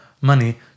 money